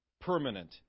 permanent